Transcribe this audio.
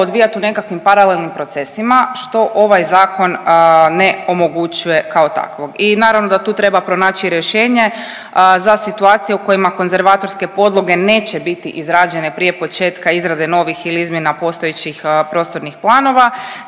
odvijati u nekakvim paralelnim procesima što ovaj zakon ne omogućuje kao takvo i naravno da tu treba pronaći rješenje za situacije u kojima konzervatorske podloge neće biti izrađene prije početka izrade novih ili izmjena postojećih prostornih planova